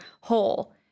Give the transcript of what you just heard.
whole